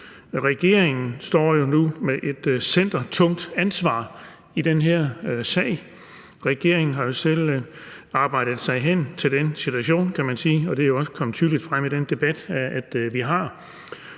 Regeringen står jo nu med et centnertungt ansvar i den her sag. Regeringen har jo selv arbejdet sig hen til den situation, kan man sige, og det er jo også kommet tydeligt frem i den debat, som vi har.